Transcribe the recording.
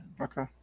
Okay